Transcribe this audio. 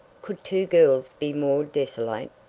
could two girls be more desolate?